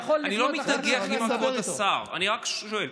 אני לא מתנגח עם כבוד השר, אני רק שואל.